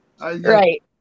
Right